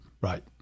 Right